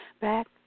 Back